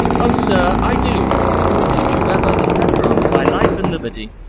o, sir, i do and will repute you ever the patron of my life and liberty.